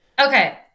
Okay